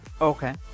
Okay